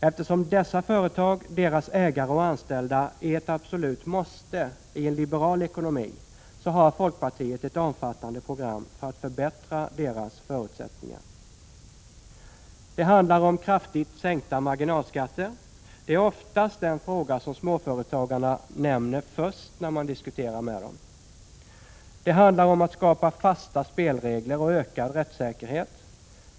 Eftersom dessa företag, deras ägare och anställda, är ett absolut måste i en liberal ekonomi har folkpartiet ett omfattande program för att förbättra deras förutsättningar: — Det handlar om kraftigt sänkta marginalskatter. Det är oftast den fråga småföretagarna nämner först när man diskuterar med dem. Det handlar om att skapa fasta spelregler och ökad rättssäkerhet.